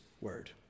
Word